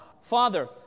Father